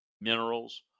minerals